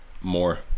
More